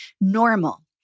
normal